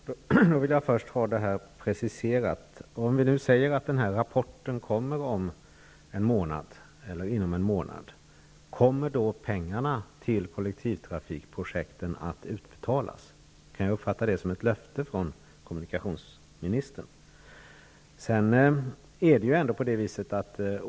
Fru talman! Då vill jag först ha detta preciserat. Om rapporten kommer inom en månad, kommer pengarna till kollektivtrafikprojekten att utbetalas då? Kan jag uppfatta det som ett löfte från kommunikationsministern?